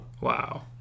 Wow